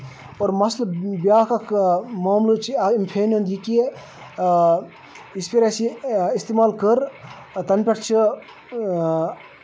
اور مَسلہٕ بیاکھ اکھ معاملہٕ چھ فینہِ ہُنٛد یہِ کہِ یِژھ پٲٹھۍ اَسہِ یہِ اِستعمال کٔر تَنہٕ پٮ۪ٹھ چھ